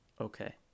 Okay